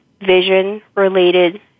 vision-related